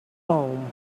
home